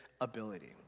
ability